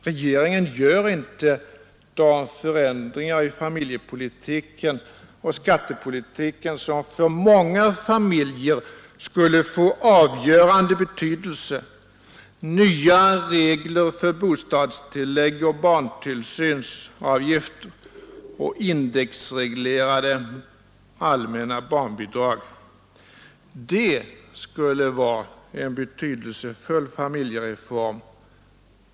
Regeringen vidtar inte de förändringar i familjepolitiken och skattepolitiken som för många familjer skulle få avgörande betydelse: nya regler för bostadstillägg och barntillsynsavgifter och indexreglerade allmänna barnbidrag. Det skulle vara en betydelsefull familjereform.